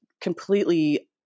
completely